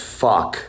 fuck